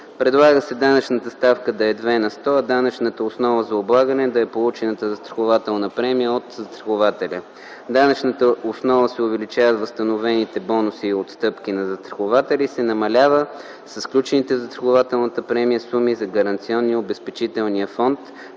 Предлага се данъчната ставка да е 2 на сто, а данъчната основа за облагане да е получената застрахователна премия от застрахователя. Данъчната основа се увеличава с възстановените бонуси и отстъпки на застрахователя и се намалява с включените в застрахователната премия суми за Гаранционния и Обезпечителния фонд